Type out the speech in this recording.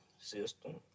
system